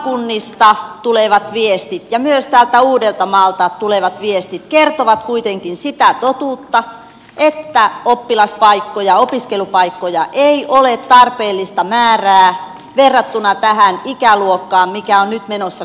maakunnista tulevat viestit ja myös täältä uudeltamaalta tulevat viestit kertovat kuitenkin sitä totuutta että opiskelupaikkoja ei ole tarpeellista määrää verrattuna tähän ikäluokkaan mikä on nyt menossa koulutukseen